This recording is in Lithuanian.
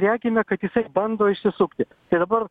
regime kad jisai bando išsisukti tai dabar